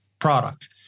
product